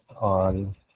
on